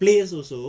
players also